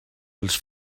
els